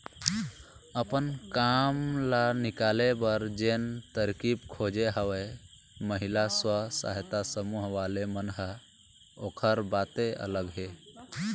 अपन काम ल निकाले बर जेन तरकीब खोजे हवय महिला स्व सहायता समूह वाले मन ह ओखर बाते अलग हे